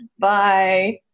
bye